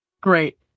Great